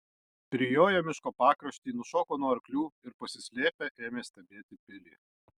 prijoję miško pakraštį nušoko nuo arklių ir pasislėpę ėmė stebėti pilį